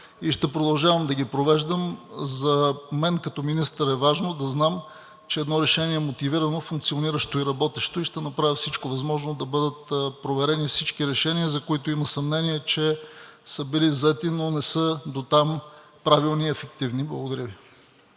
Ще продължавам да ги провеждам. За мен като министър е важно да знам, че едно решение е мотивирано, функциониращо и работещо. Ще направя всичко възможно да бъдат проверени всички решения, за които има съмнение, че са били взети, но не са дотам правилни и ефективни. Благодаря Ви.